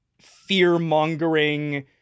fear-mongering